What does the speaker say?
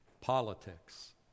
politics